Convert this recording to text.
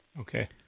okay